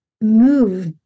move